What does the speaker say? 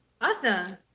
Awesome